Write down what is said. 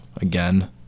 again